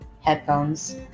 headphones